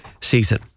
season